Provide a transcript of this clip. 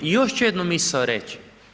I još ću jednu misao reći.